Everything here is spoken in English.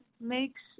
makes